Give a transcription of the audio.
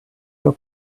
your